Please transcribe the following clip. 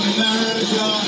America